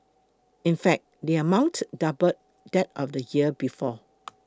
in fact the amount doubled that of the year before